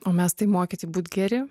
o mes tai mokyti būt geri